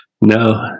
No